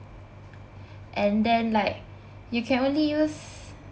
and then like you can only use